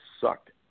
sucked